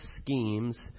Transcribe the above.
schemes